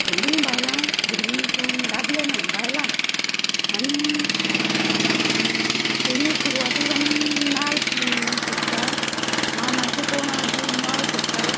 सगळीं बायलां भुरगीं कोण दादले ना बायलांच आनी पयले सुरवातीक आमी नाल फोडटा मानाचीं कोणा आसा तीं नाल फोडटा